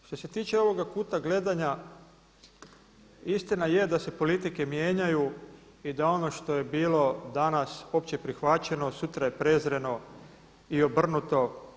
Što se tiče ovoga kuta gledanja, istina je da se politike mijenjaju i da je ono što je bilo danas opće prihvaćeno sutra je prezreno i obrnuto.